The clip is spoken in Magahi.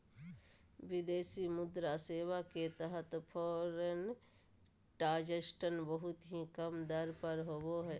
विदेशी मुद्रा सेवा के तहत फॉरेन ट्रांजक्शन बहुत ही कम दर पर होवो हय